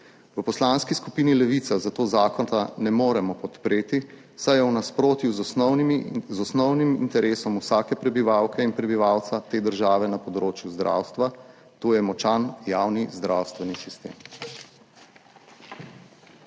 V Poslanski skupini Levica zato zakona ne moremo podpreti, saj je v nasprotju z osnovnim interesom vsake prebivalke in prebivalca te države na področju zdravstva, to je močan javni zdravstveni sistem.